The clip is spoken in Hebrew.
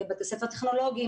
בתי ספר טכנולוגיים,